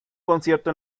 concierto